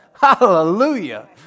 Hallelujah